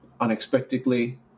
unexpectedly